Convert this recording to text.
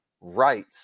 rights